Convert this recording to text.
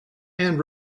and